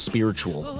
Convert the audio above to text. Spiritual